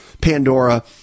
Pandora